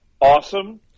awesome